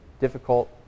difficult